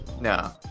No